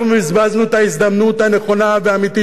אנחנו בזבזנו את ההזדמנות הנכונה והאמיתית,